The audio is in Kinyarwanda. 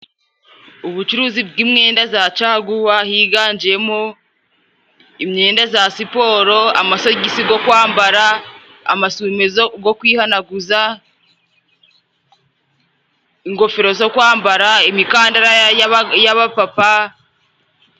Ubucuruzi bw'imyenda za caguwa, higanjemo imyenda y a siporo, amasogisi yo kwambara, amasume yo kwihanaguza, ingofero zo kwambara, imikandara y'abapapa.